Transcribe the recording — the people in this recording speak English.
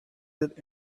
that